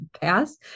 pass